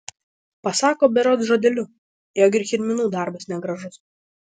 pasako berods žodeliu jog ir kirminų darbas negražus